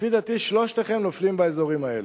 לפי דעתי שלושתכם נופלים באזורים האלה.